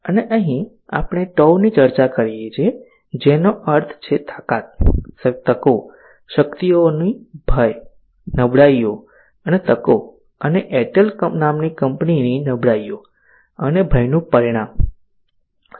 અને અહીં આપણે TOWS ની ચર્ચા કરીએ છીએ જેનો અર્થ છે કે આ તાકાત તકો શક્તિઓની ભય નબળાઈઓ અને તકો અને એરટેલ નામની કંપનીની નબળાઈઓ અને ભયનું પરિણામ શું છે